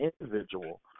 individual